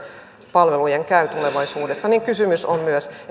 palvelujen käy tulevaisuudessa joten kysymys on myös